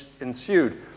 ensued